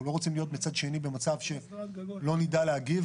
אנחנו לא רוצים להיות מצד שני במצב שלא נדע להגיב,